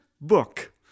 book